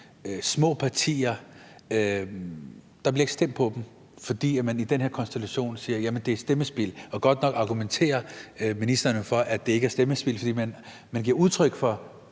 at der ikke bliver stemt på små partier, fordi man i den her konstellation siger, at det er stemmespild, og godt nok argumenterer ministeren for, at det ikke er stemmespild, fordi man giver udtryk for